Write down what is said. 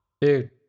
Dude